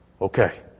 okay